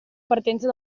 partenza